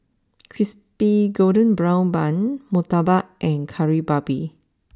Crispy Golden Brown Bun Murtabak and Kari Babi